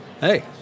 hey